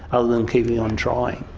other than keeping on trying.